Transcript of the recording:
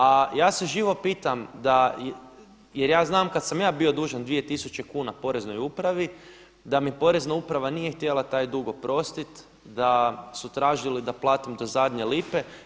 A ja se živo pitam jer ja znam kada sam ja bio dužan dvije tisuće kuna Poreznoj upravi da mi Porezna uprava nije htjela taj dug oprostiti, da su tražili da platim do zadnje lipe.